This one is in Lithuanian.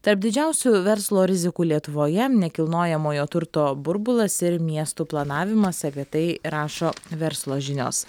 tarp didžiausių verslo rizikų lietuvoje nekilnojamojo turto burbulas ir miestų planavimas apie tai rašo verslo žinios